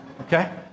Okay